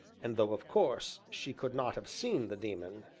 and, though of course she could not have seen the daemon,